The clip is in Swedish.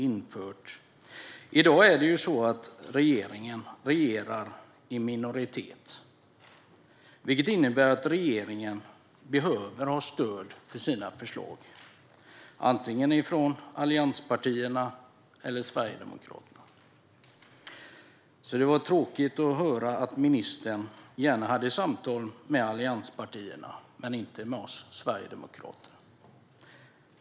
I dag regerar regeringen i minoritet, vilket innebär att den behöver ha stöd för sina förslag, antingen från allianspartierna eller från Sverigedemokraterna. Det var därför tråkigt att höra att ministern gärna ville ha samtal med allianspartierna men inte med oss sverigedemokrater.